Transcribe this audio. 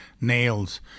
nails